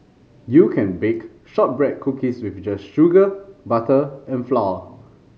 you can bake shortbread cookies with just sugar butter and flour